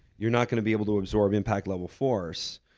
you're not gonna be able to absorb impact level force.